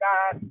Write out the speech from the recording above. God